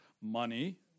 Money